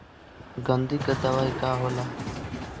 गंधी के दवाई का होला?